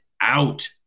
out